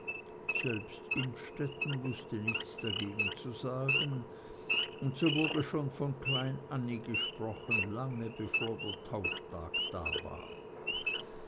selbst innstetten wußte nichts dagegen zu sagen und so wurde von klein annie gesprochen lange bevor der tauftag da war